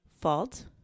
fault